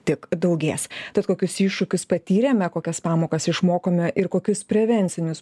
tik daugės tad kokius iššūkius patyrėme kokias pamokas išmokome ir kokius prevencinius